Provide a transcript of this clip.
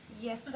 Yes